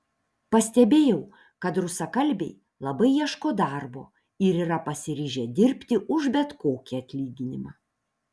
pastebėjau kad rusakalbiai labai ieško darbo ir yra pasiryžę dirbti už bet kokį atlyginimą